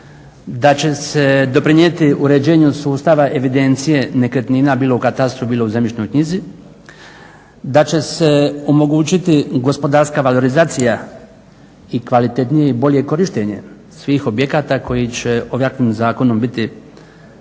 da će se doprinijeti uređenju sustava evidencije nekretnina bilo u katastru, bili u zemljišnoj knjizi. Da će se omogućiti gospodarska valorizacija i kvalitetnije i bolje korištenje svih objekata koji će ovakvim zakonom biti